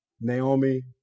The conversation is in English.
Naomi